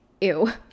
ew